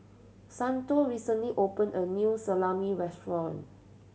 Santo recently opened a new Salami Restaurant